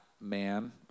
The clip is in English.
man